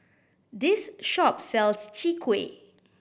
this shop sells Chwee Kueh